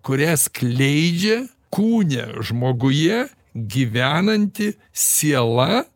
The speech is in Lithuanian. kurią skleidžia kūne žmoguje gyvenanti siela